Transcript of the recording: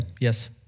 Yes